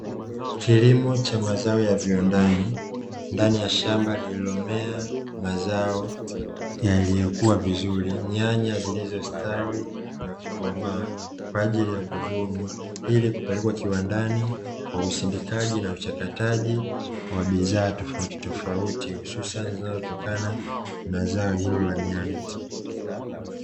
Kilimo cha mazao ya viwandani ndani ya shamba lilomea mazao yaliyokua vizuri. Nyanya zilizostawi na kukomaa kwa ajili ya kuvunwa, ili kupelekwa kiwandani kwa usindikizaji na uchakataji wa bidhaa tofautitofauti hususani zinazotokana na zao hilo la nyanya.